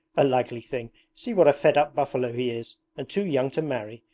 a likely thing! see what a fed-up buffalo he is and too young to marry!